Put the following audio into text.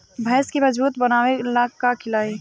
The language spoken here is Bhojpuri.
भैंस के मजबूत बनावे ला का खिलाई?